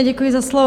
Děkuji za slovo.